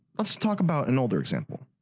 let's talk about an older example.